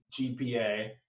gpa